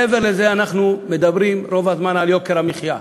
מעבר לזה, אנחנו מדברים רוב הזמן על יוקר המחיה.